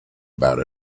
about